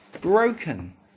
broken